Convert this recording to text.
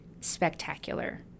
Spectacular